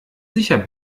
sicher